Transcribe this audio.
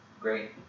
great